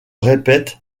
répète